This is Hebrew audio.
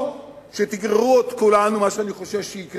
או שתגררו את כולנו, מה שאני חושש שיקרה,